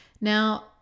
Now